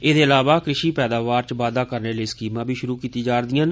एहदे इलावा कृषि पैदावार च बाद्वा करने लेई स्कीमां बी श्रु कीती जा रदीयां न